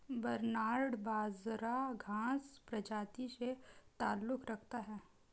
barnyard बाजरा घांस प्रजाति से ताल्लुक रखता है